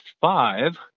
five